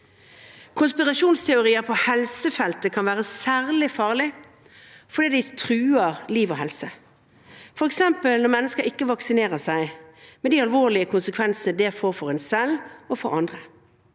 Konspirasjonsteorier på helsefeltet kan være særlig farlige fordi de truer liv og helse, f.eks. når mennesker ikke vaksinerer seg, med de alvorlige konsekvensene det får for en selv og for andre.